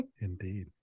indeed